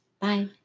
Bye